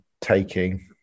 taking